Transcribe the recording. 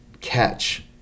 catch